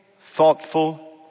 thoughtful